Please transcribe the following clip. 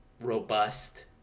robust